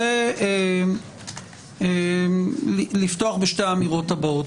אפתח בשתי האמירות הבאות.